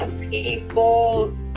People